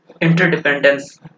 interdependence